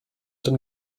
den